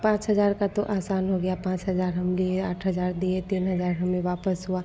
पाँच हज़ार का तो आसान हो गया पाँच हज़ार हम लिए आठ हज़ार दिए तीन हज़ार हमें वापस हुआ